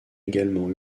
également